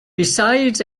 besides